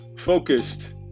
Focused